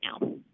now